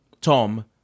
Tom